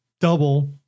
double